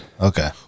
Okay